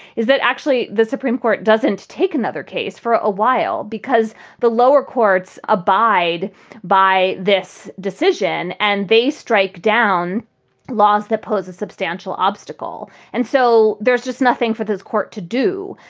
is that actually the supreme court doesn't take another case for a while because the lower courts abide by this decision and they strike down laws that pose a substantial obstacle. and so there's just nothing for this court to do.